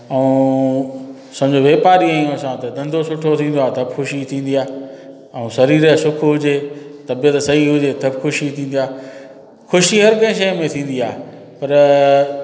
ऐं समुझो वेपारी आहियूं असां त धंधो सुठो थींदो आहे त बि ख़ुशी थींदी आहे ऐं सरीर जो सुखु हुजे तबियत सही हुजे त बि ख़ुशी थींदी आहे ख़ुशीअ हर कंहिं शइ में थींदी आहे पर